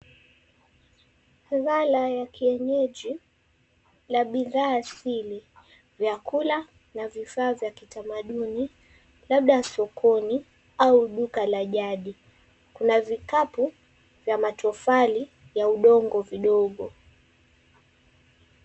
Zala ya kienyeji la bidhaa asili, vyakula na vifaa vya kitamaduni labda sokoni au duka la jadi. Kuna vikapu vya matofali ya udongo vidogo.